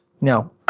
no